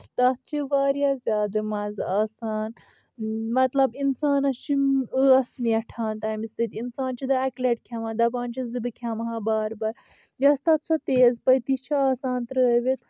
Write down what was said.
تتھ چھِ واریاہ زیادٕ مزٕ آسان مطلب انسانس چھُ ٲس میٹھان تمہِ سۭتۍ انسان چھُ دپان اکہِ لٹہِ کھٮ۪مہٕ ہا دپان چھُ زٕ بہٕ کھیمہٕ ہا بار بار یۄس تتھ سۄ تیز پٔتی چھِ آسان ترٲوِتھ